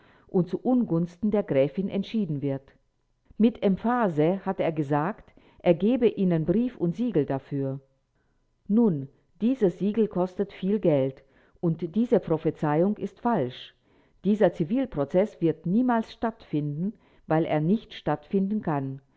und zuungunsten der gräfin entschieden wird mit emphase hat er gesagt er gebe ihnen brief und siegel dafür nun dieses siegel kostet viel geld und diese prophezeiung ist falsch dieser zivilprozeß wird niemals stattfinden weil er nicht stattfinden kann